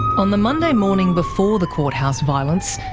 on the monday morning before the courthouse violence,